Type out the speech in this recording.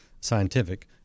scientific